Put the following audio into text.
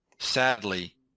sadly